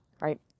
Right